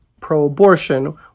Pro-abortion